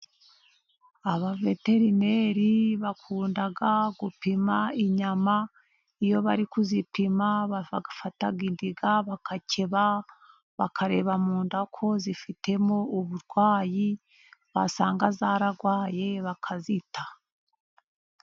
Abaveterineri bakunda gupima inyama iyo bari kuzipima bafata indiga bagakeba, bakareba mu nda ko zifitemo uburwayi basanga zararwaye bakazita.